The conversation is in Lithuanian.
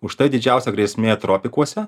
už tai didžiausia grėsmė tropikuose